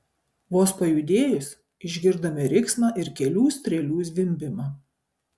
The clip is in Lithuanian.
vos pajudėjus išgirdome riksmą ir kelių strėlių zvimbimą